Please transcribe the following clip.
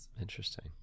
Interesting